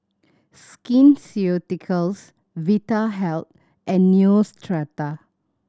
Skin Ceuticals Vitahealth and Neostrata